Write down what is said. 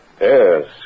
Yes